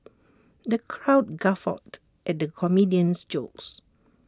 the crowd guffawed at the comedian's jokes